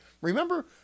Remember